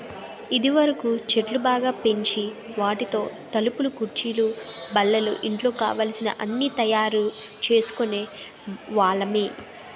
ఇదివరకు చెట్లు బాగా పెంచి వాటితో తలుపులు కుర్చీలు బల్లలు ఇంట్లో కావలసిన అన్నీ తయారు చేసుకునే వాళ్ళమి